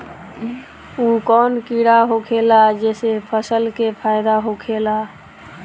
उ कौन कीड़ा होखेला जेसे फसल के फ़ायदा होखे ला?